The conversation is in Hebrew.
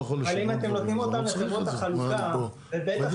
אבל אם אתם נותנים אותם לחברות החלוקה ובטח